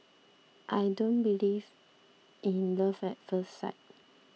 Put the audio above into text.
I don't believe in love at first sight